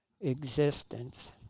existence